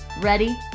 Ready